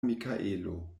mikaelo